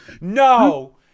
no